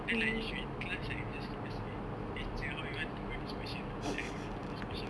then like issue in class like you just can just say eh teacher how to do this [one]